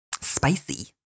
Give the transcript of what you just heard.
spicy